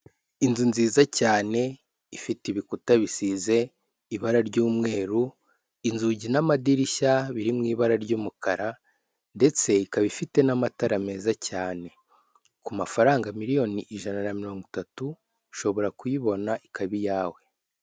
Inzu nziza cyane, ifite ibikuta bisize ibara ry'umweru, inzugi n'amadirishya biri mu ibara ry'umukara ndetse ikaba ifite n'amatara meza cyane. Ku mafaranga miliyoni ijana na mirongo itatu, ushobora kuyibona ikaba iyawe.